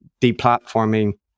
deplatforming